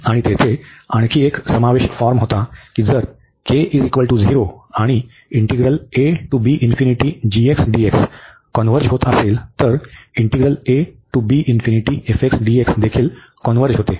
आणि तेथे आणखी एक समावेश फॉर्म होता की जर आणि कन्व्हर्ज होत असेल तर कन्व्हर्ज होते